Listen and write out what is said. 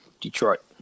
Detroit